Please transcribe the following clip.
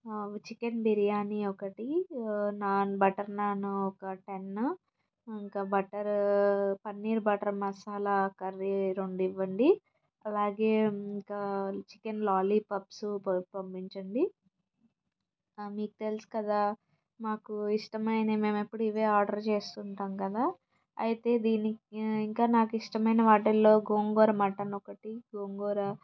chicken biryani ఒకటి naan butter naan ఒక ten ఇంకా butter paneer butter masala curry రెండు ఇవ్వండి అలాగే ఇంకా చికెన్ లాలీపాప్ సూప్ పంపించండి మీకు తెలుసు కదా మాకు ఇష్టమైన మేము ఎప్పుడూ ఇదే ఆర్డర్ చేస్తుంటాము కదా అయితే దీనికి ఇంకా నాకు ఇష్టమైన వాటిలో గోంగూర మటన్ ఒకటి గోంగూర